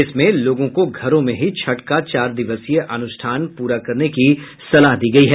इसमें लोगों को घरों में ही छठ का चार दिवसीय अनुष्ठान पूरा करने की सलाह दी गई है